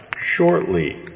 shortly